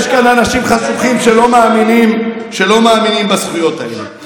שלא מאמינים בזכויות האלה.